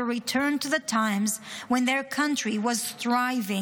return to the times when their country was thriving,